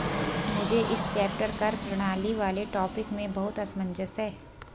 मुझे इस चैप्टर कर प्रणाली वाले टॉपिक में बहुत असमंजस है